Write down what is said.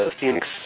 Phoenix